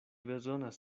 bezonas